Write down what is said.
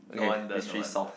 okay mystery solved